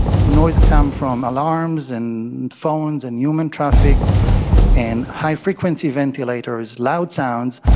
noise comes from alarms and phones and human traffic and high-frequency ventilators, loud sounds,